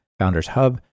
foundershub